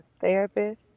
therapist